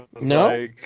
no